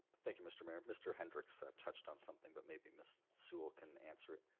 thank you mr. mayor, mr. henricks touched on something, but maybe miss sewell can answer it.